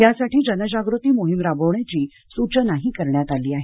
यासाठी जनजागृती मोहीम राबविण्याची सूचनाही करण्यात आली आहे